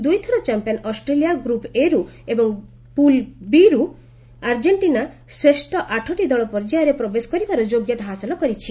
ଦୁଇଥର champion Australia group A ରୁ ଏବଂ ପୁଲ୍ ବି ରୁ ଆର୍ଜେଷ୍ଟିନା ଶ୍ରେଷ୍ଠ ଆଠଟି ଦଳ ପର୍ଯ୍ୟାୟରେ ପ୍ରବେଶ କରିବାର ଯୋଗ୍ୟତା ହାସଲ କରିଛନ୍ତି